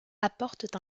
apportent